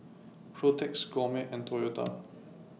Protex Gourmet and Toyota